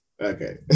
Okay